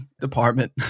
department